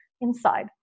inside